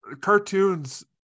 cartoons